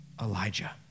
Elijah